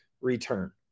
return